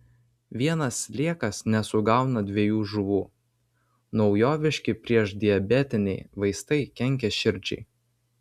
vienas sliekas nesugauna dviejų žuvų naujoviški priešdiabetiniai vaistai kenkia širdžiai